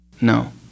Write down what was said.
No